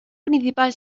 principal